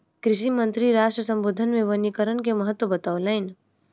कृषि मंत्री राष्ट्र सम्बोधन मे वनीकरण के महत्त्व बतौलैन